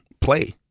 play